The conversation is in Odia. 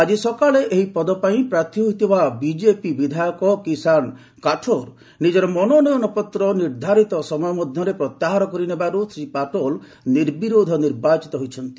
ଆଜି ସକାଳେ ଏହି ପଦପାଇଁ ପ୍ରାର୍ଥୀ ହୋଇଥିବା ବିଜେପି ବିଧାୟକ କିଷାନ କାଠୋର୍ ନିଜର ମନୋନୟନ ପତ୍ର ନିର୍ଦ୍ଧାରିତ ସମୟ ମଧ୍ୟରେ ପ୍ରତ୍ୟାହାର କରିନେବାରୁ ଶ୍ରୀ ପାଟୋଲ୍ ନିର୍ବରୋଧ ନିର୍ବାଚିତ ହୋଇଛନ୍ତି